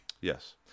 Yes